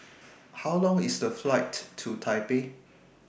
How Long IS The Flight to Taipei